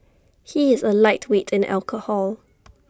he is A lightweight in alcohol